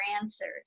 answers